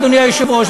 אדוני היושב-ראש.